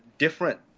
Different